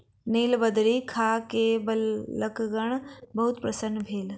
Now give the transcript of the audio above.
नीलबदरी खा के बालकगण बहुत प्रसन्न भेल